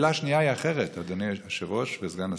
השאלה השנייה היא אחרת, אדוני היושב-ראש וסגן השר: